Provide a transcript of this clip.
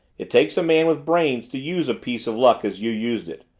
it takes a man with brains to use a piece of luck as you used it.